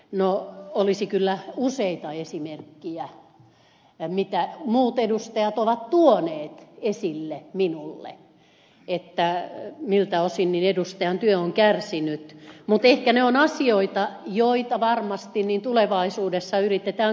no olisi kyllä useita esimerkkejä mitä muut edustajat ovat tuoneet esille minulle miltä osin edustajan työ on kärsinyt mutta ehkä ne ovat asioita joita varmasti tulevaisuudessa yritetään korjata